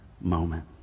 moment